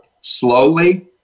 slowly